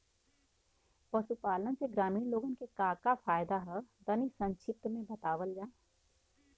पशुपालन से ग्रामीण लोगन के का का फायदा ह तनि संक्षिप्त में बतावल जा?